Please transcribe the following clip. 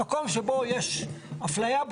יש לנו עוד משהו להקריא?